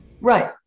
Right